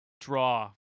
draw